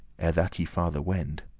ere that ye farther wend.